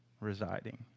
residing